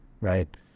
right